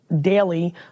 daily